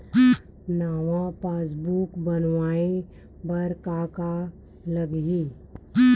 नवा पासबुक बनवाय बर का का लगही?